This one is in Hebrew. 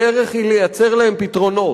הדרך היא לייצר להם פתרונות.